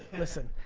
listen,